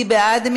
מי בעד?